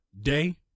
day